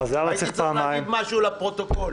הייתי צריך להגיד משהו לפרוטוקול.